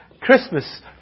Christmas